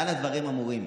במה הדברים אמורים?